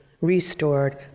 restored